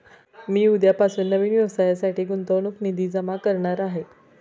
मी उद्यापासून नवीन व्यवसायासाठी गुंतवणूक निधी जमा करणार आहे